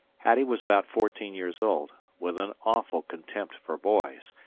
hattie was about fourteen years old, with an awful contempt for boys,